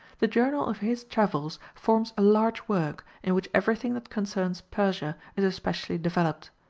the journal of his travels forms a large work, in which everything that concerns persia is especially developed.